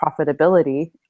profitability